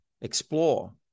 explore